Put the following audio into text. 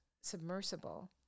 submersible